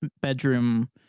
bedroom